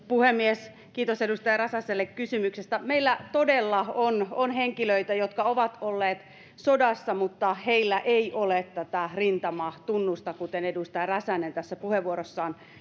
puhemies kiitos edustaja räsäselle kysymyksestä meillä todella on on henkilöitä jotka ovat olleet sodassa mutta joilla ei ole tätä rintamatunnusta kuten edustaja räsänen tässä puheenvuorossaan